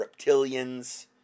reptilians